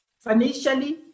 financially